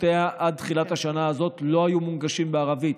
עד תחילת השנה הזאת שירותיה לא היו מונגשים בערבית.